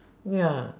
ya